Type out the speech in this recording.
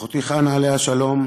אחותי חנה, עליה השלום,